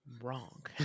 wrong